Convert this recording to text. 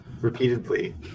Repeatedly